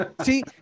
See